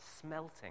Smelting